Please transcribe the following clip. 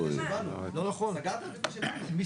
--- מי